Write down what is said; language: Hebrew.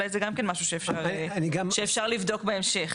אולי זה גם כן משהו שאפשר לבדוק בהמשך.